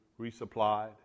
resupplied